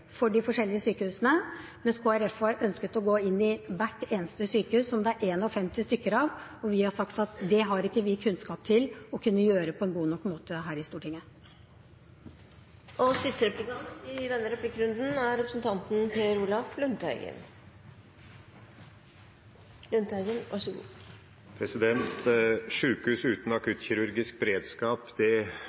for de forskjellige sykehusene, mens Kristelig Folkeparti har ønsket å gå inn i hvert eneste sykehus, som det er 51 av. Vi har sagt at det har vi i Stortinget ikke kunnskap til å kunne gjøre på en god nok måte. Sykehus uten akuttkirurgisk beredskap vil over tid og ut fra internasjonale erfaringer bli et distriktsmedisinsk senter. Derfor er akuttkirurgien så